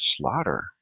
slaughter